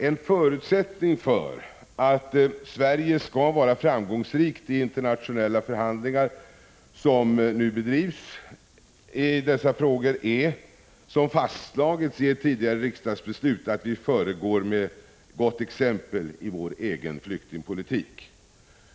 En förutsättning för att Sverige skall vara framgångsrikt i de internationella förhandlingar som nu bedrivs i dessa frågor är, som fastslagits i ett tidigare riksdagsbeslut, att man föregår med gott exempel i sin egen flyktingpolitik.